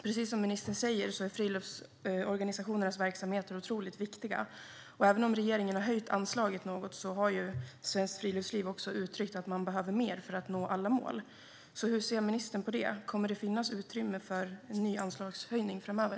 Precis som ministern säger är friluftsorganisationernas verksamheter otroligt viktiga. Även om regeringen har höjt anslaget något har Svenskt Friluftsliv uttryckt att man behöver mer för att nå alla mål. Hur ser ministern på det? Kommer det att finnas utrymme för en ny anslagshöjning framöver?